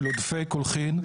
של עודפי קולחין,